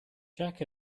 jack